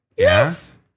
Yes